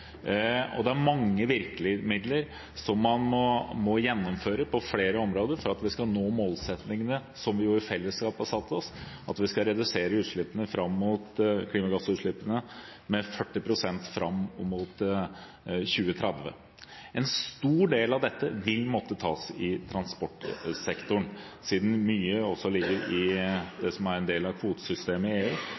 og det er mange virkemidler som man må gjennomføre på flere områder for at vi skal nå målsettingene som vi i fellesskap har satt oss, at vi skal redusere klimagassutslippene med 40 pst. fram mot 2030. En stor del av dette vil måtte tas i transportsektoren – siden mye ligger i det som er en del av kvotesystemet i EU